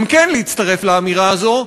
גם כן להצטרף לאמירה הזאת,